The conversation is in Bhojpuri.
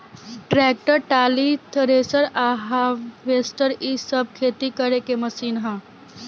ट्रैक्टर, टाली, थरेसर आ हार्वेस्टर इ सब खेती करे के मशीन ह